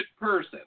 person